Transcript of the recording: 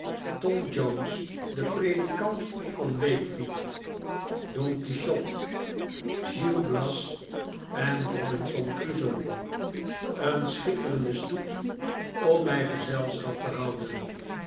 tom jones de predikant van wakefield don quichot gil bias en robinson crusoe een schitterende stoet om mij gezelschap te houden